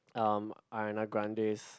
um Ariana Grande's